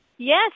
Yes